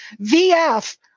VF